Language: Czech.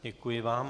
Děkuji vám.